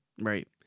Right